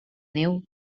neu